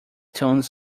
tones